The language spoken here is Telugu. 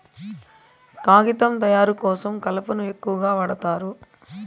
కాగితం తయారు కోసం కలపను ఎక్కువగా వాడుతారు